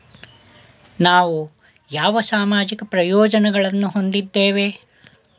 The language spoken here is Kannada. ನಾವು ಯಾವ ಸಾಮಾಜಿಕ ಪ್ರಯೋಜನಗಳನ್ನು ಹೊಂದಿದ್ದೇವೆ?